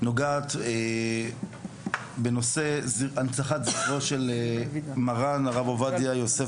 נוגעת בנושא הנצחת זכרו של מרן הרב עובדיה יוסף,